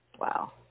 Wow